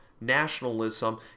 nationalism